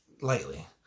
Lightly